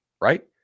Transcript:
right